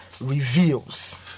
reveals